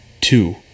Two